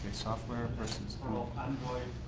software versus android